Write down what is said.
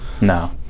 No